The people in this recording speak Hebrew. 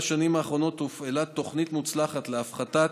בשנים האחרונות הופעלה תוכנית מוצלחת להפחתת,